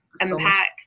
Impact